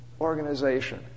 Organization